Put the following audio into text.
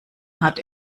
hat